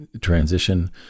transition